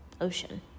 ocean